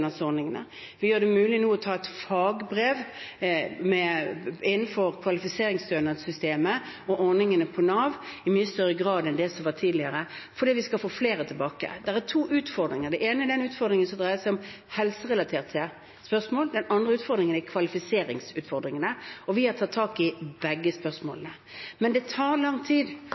Vi gjør det mulig nå å ta et fagbrev innenfor kvalifiseringsstønadssystemet og ordningene i Nav i mye større grad enn det som var tidligere, fordi vi skal få flere tilbake. Det er to utfordringer. Det ene er den utfordringen som dreier seg om helserelaterte spørsmål, det andre er kvalifiseringsutfordringene, og vi har tatt tak i begge spørsmålene. Men det tar lang tid.